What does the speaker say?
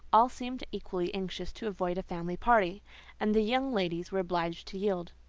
all seemed equally anxious to avoid a family party and the young ladies were obliged to yield.